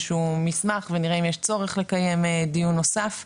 שהוא מסמך ונראה אם יש צורך לקיים דיון נוסף.